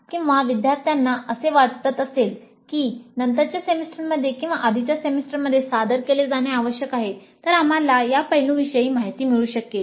किंवा विद्यार्थ्यांना असे वाटत असेल की ते नंतरच्या सेमेस्टरमध्ये किंवा आधीच्या सेमेस्टरमध्ये सादर केले जाणे आवश्यक आहे तर आम्हाला या पैलूंविषयी माहिती मिळू शकेल